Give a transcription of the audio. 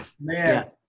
Man